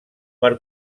per